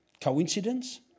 Coincidence